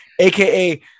aka